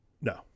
No